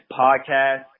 podcast